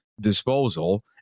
disposal